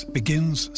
begins